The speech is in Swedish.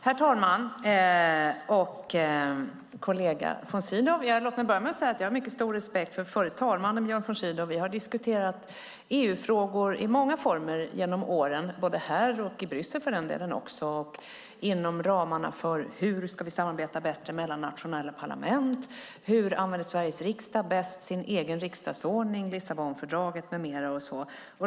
Herr talman! Låt mig börja, kollega von Sydow, med att säga att jag har mycket stor respekt för förre talmannen Björn von Sydow. Vi har diskuterat EU-frågor i många former genom åren, både här och för den delen i Bryssel, inom ramarna för hur vi ska samarbeta bättre mellan nationella parlament, hur Sveriges riksdag bäst använder sin egen riksdagsordning, Lissabonfördraget med mera.